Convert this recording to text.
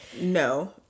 no